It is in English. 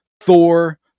Thor